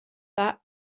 that